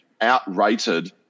outrated